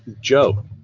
Joe